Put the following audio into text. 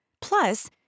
Plus